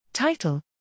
Title